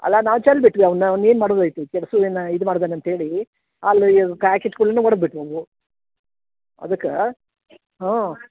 ಅಲ್ಲ ನಾವು ಚೆಲ್ಲಿ ಬಿಟ್ವಿ ಅವನ್ನು ಅವ್ನಿನ್ನೇನು ಮಾಡೋದೈತಿ ಕೆಡಿಸು ಇನ್ನು ಇದು ಮಾಡುದೇನ್ ಅಂತ ಹೇಳಿ ಹಾಲು ಕಾಯಕ್ಕಿಟ್ಟ ಕೊಡಲೇನೆ ಒಡೆದ್ ಬಿಟ್ಟವು ಅವು ಅದಕ್ಕೆ ಹ್ಞೂ